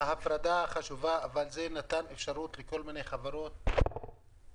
ההפרדה חשובה אבל זה נתן אפשרות לכל מיני חברות קטנות,